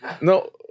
No